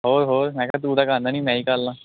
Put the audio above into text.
ਹੋਰ ਹੋਰ ਮੈਂ ਕਿਹਾ ਤੂੰ ਤਾਂ ਕਰਨਾ ਨਹੀਂ ਮੈਂ ਹੀ ਕਰ ਲਵਾਂ